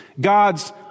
God's